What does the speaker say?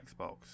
Xbox